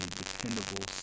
dependable